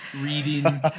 reading